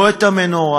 לא את המנורה,